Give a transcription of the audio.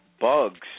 bugs